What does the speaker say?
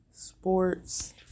sports